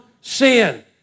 sin